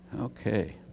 Okay